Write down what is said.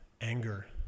anger